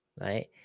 right